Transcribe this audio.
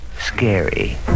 scary